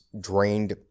drained